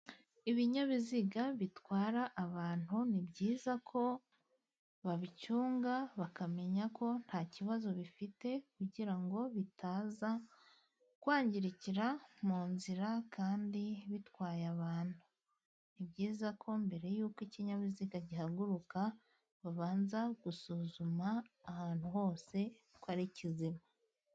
Ibinyabiziga bitwara abantu ni byiza ko babicunga bakamenya ko nta kibazo bifite kugira ngo bitaza kwangirikira mu nzira, kandi bitwaye abantu. Ni byiza ko mbere y'uko ikinyabiziga gihaguruka babanza gusuzuma ahantu hose ko ari kizima.